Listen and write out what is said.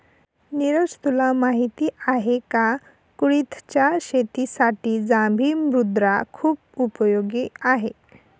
निरज तुला माहिती आहे का? कुळिथच्या शेतीसाठी जांभी मृदा खुप उपयोगी आहे